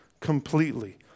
completely